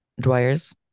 Dwyer's